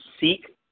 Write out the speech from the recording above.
seek